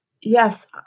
Yes